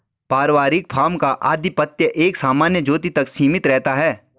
पारिवारिक फार्म का आधिपत्य एक सामान्य ज्योति तक सीमित रहता है